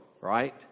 right